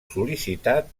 sol·licitat